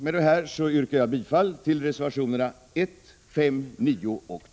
Med detta yrkar jag bifall till reservationerna 1, 5, 9 och 12.